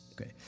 Okay